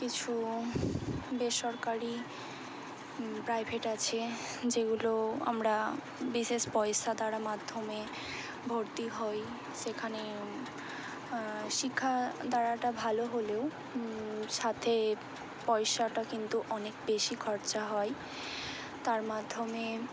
কিছু বেসরকারি প্রাইভেট আছে যেগুলো আমরা বিশেষ পয়সা দ্বারা মাধ্যমে ভর্তি হই সেখানে শিক্ষা ধারাটা ভালো হলেও সাথে পয়সাটা কিন্তু অনেক বেশি খরচা হয় তার মাধ্যমে